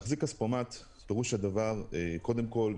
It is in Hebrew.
קודם כול,